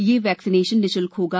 यह वैक्सीनेशन निशुल्क होगा